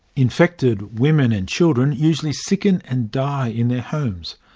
infected women and children usually sicken and die in their homes.